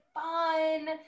fun